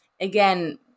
again